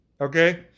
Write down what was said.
Okay